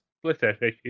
Splitter